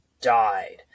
died